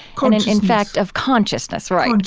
kind of in fact, of consciousness, right,